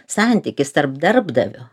santykis tarp darbdavio